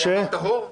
הוא אמר "טהור"?